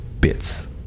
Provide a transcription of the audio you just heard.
bits